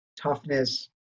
toughness